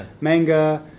manga